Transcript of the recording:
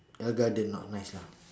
ellegarden not nice lah